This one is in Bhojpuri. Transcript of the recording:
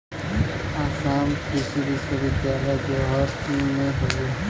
आसाम कृषि विश्वविद्यालय जोरहट में हउवे